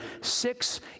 six